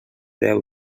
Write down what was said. deu